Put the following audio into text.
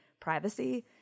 privacy